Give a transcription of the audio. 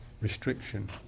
restriction